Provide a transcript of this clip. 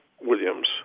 Williams